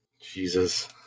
jesus